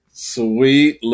Sweet